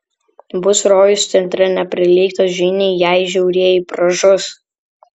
bus rojus centre neprilygtas žyniai jei žiaurieji pražus